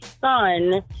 son